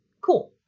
Cool